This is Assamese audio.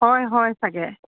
হয় হয় চাগৈ